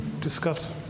discuss